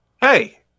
Hey